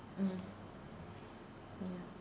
mm ya